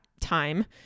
time